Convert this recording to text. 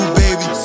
baby